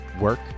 work